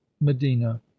medina